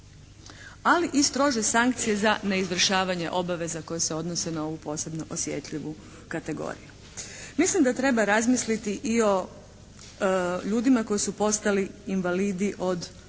ali i strože sankcije za neizvršavanje obaveza koje se odnose na ovu posebno osjetljivu kategoriju. Mislim da treba razmisliti i o ljudima koji su postali invalidi od mina.